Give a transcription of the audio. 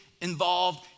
involved